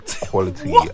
quality